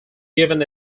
given